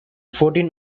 fourteen